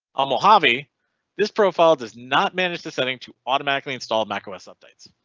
um ah harvey this profile does not manage the setting to automatically install mac os updates.